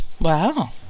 Wow